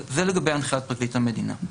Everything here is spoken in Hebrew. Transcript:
אז זה לגבי הנחיית פרקליט המדינה.